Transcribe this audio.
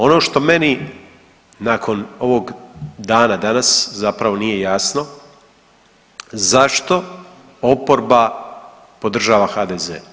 Ono što meni nakon ovog dana danas zapravo nije jasno, zašto oporba podržava HDZ?